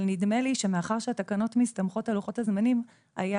אבל נדמה לי שמאחר שהתקנות מסתמכות על לוחות הזמנים היה